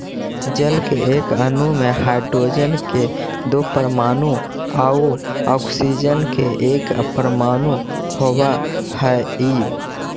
जल के एक अणु में हाइड्रोजन के दो परमाणु आउ ऑक्सीजन के एक परमाणु होवऽ हई